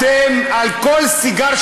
על כל סיגר,